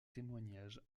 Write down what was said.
témoignages